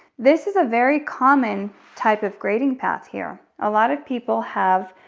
this is a very common type of grading path here. a lot of people have,